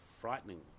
frightening